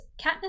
Katniss